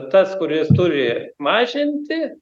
tas kuris turi mažinti